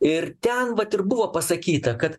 ir ten vat ir buvo pasakyta kad